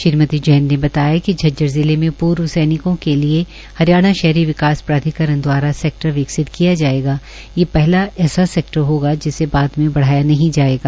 कविता जैन ने बताया कि झज्जर जिले पूर्व सैनिकों के लिए हरियाणा शहरी विकास प्राधिकरण द्वारा सेक्टर विकसित किया जायेगा ये पहला ऐसा सेक्टर होगा जिसे बाद में बढ़ाया नहीं जायेगा